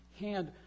hand